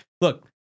look